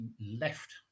left